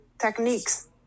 techniques